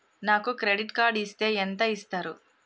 నాకు credit card ఇస్తే ఎంత ఇస్తరు?